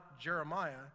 Jeremiah